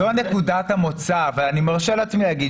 זו נקודת המוצא אבל אני מרשה לעצמי להגיד